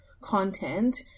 content